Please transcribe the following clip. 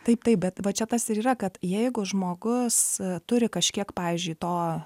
taip taip bet va čia tas ir yra kad jeigu žmogus turi kažkiek pavyzdžiui to